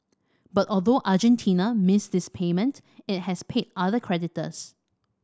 but although Argentina missed this payment it has paid other creditors